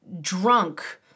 drunk